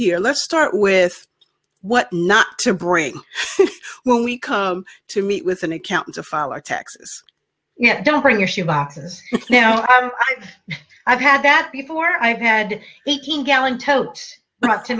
here let's start with what not to bring when we come to meet with an accountant to file a taxes yet don't bring your shoe boxes now i've had that before i've had eighteen gallon to